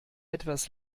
etwas